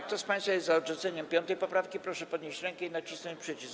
Kto z państwa jest za odrzuceniem 5. poprawki, proszę podnieść rękę i nacisnąć przycisk.